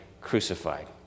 crucified